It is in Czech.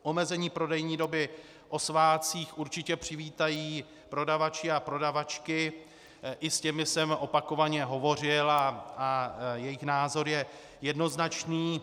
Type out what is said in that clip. Omezení prodejní doby o svátcích určitě přivítají prodavači a prodavačky, i s těmi jsem opakovaně hovořil a jejich názor je jednoznačný.